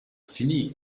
finir